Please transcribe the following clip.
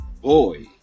boy